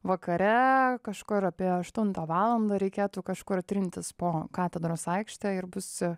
vakare kažkur apie aštuntą valandą reikėtų kažkur trintis po katedros aikštę ir bus